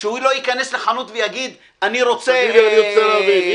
שהוא לא ייכנס לחנות ויגיד, אני רוצה סיגריה?